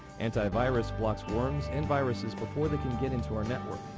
anti-virus blocks worms and viruses before they can get into our network.